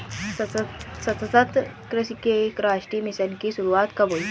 सतत कृषि के लिए राष्ट्रीय मिशन की शुरुआत कब हुई?